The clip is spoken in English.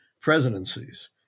presidencies